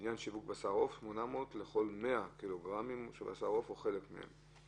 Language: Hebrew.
לעניין שיווק בשר עוף: 800 לכל 100 קילוגרמים של בשר עוף או חלק מהם,